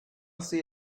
see